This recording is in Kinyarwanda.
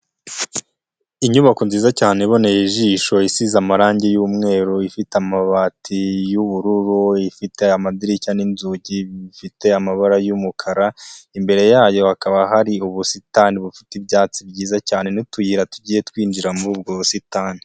Inyubako nziza cyane iboneye ijisho isize amarange y'umweru, ifite amabati y'ubururu, ifite amadirishya n'inzugi bifite amabara y'umukara, imbere yayo hakaba hari ubusitani bufite ibyatsi byiza cyane n'utuyira tugiye twinjira muri ubwo busitani.